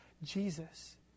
Jesus